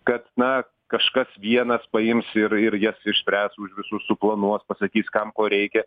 kad na kažkas vienas paims ir ir jas išspręs už visus suplanuos pasakys kam ko reikia